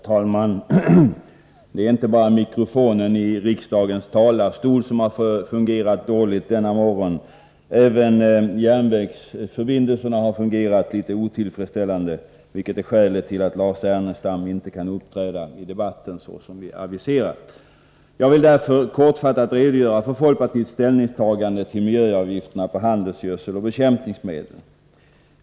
Herr talman! Det är inte bara mikrofonen i talarstolen som har fungerat dåligt denna morgon. Även järnvägsförbindelserna har fungerat litet otillfredsställande, vilket är skälet till att Lars Ernestam inte kan uppträda i debatten såsom vi aviserat. Jag vill därför kortfattat redogöra för folkpartiets ställningstagande till miljöavgifterna på handelsgödsel och bekämpningsmedel.